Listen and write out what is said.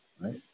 right